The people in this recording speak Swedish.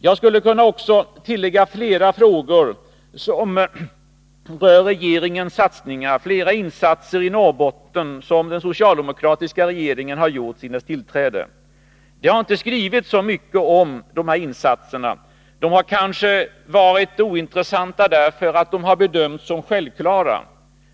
Jag skulle kunna ge ytterligare exempel på insatser i Norrbotten som den socialdemokratiska regeringen har gjort sedan den tillträdde. Det har inte skrivits så mycket om dessa insatser. De har kanske varit ointressanta därför att de har bedömts som självklara.